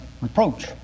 reproach